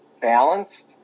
balanced